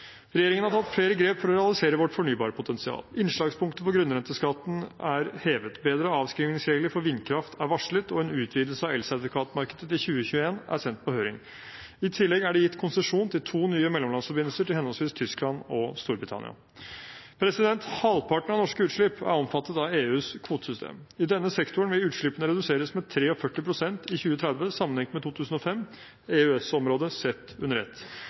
Regjeringen har tatt flere grep for å realisere vårt fornybarpotensial. Innslagspunktet for grunnrenteskatten er hevet. Bedre avskrivningsregler for vindkraft er varslet, og en utvidelse av elsertifikatmarkedet til 2021 er sendt på høring. I tillegg er det gitt konsesjon til to nye mellomlandsforbindelser til henholdsvis Tyskland og Storbritannia. Halvparten av norske utslipp er omfattet av EUs kvotesystem. I denne sektoren vil utslippene reduseres med 43 pst. i 2030 sammenlignet med 2005, EØS-området sett under ett.